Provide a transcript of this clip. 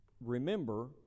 Remember